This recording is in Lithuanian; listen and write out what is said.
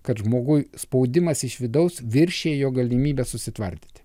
kad žmoguj spaudimas iš vidaus viršijo galimybes susitvardyti